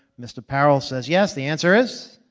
mr. powell says yes. the answer is,